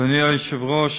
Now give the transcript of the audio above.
אדוני היושב-ראש,